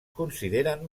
consideren